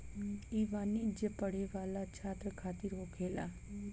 ई वाणिज्य पढ़े वाला छात्र खातिर होखेला